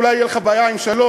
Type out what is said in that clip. אולי תהיה לך בעיה עם שלום,